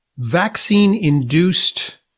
vaccine-induced